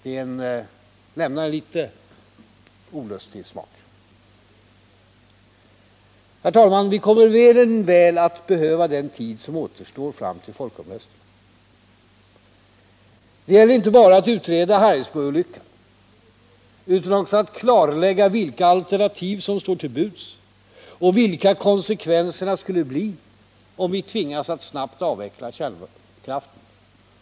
Det hela lämnar en litet olustig smak. Herr talman! Vi kommer mer än väl att behöva den tid som återstår fram till folkomröstningen. Det gäller inte bara att utreda Harrisburgolyckan utan också att klarlägga vilka alternativ som står till buds och vilka konsekvenserna skulle bli om vi tvingas att snabbt avveckla kärnkraften.